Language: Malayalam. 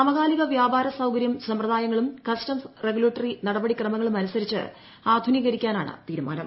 സമകാലിക വ്യാപാര സൌകര്യം സമ്പ്രദായങ്ങളും കസ്റ്റംസ് റെഗുലേറ്ററി നടപടിക്രമങ്ങളും അനുസരിച്ച് ആധുനീകരിക്കാനാണ് തീരുമാനം